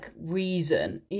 reason